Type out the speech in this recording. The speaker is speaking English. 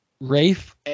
Rafe